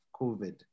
COVID